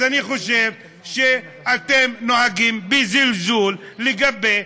אז אני חושב שאתם נוהגים בזלזול לגבי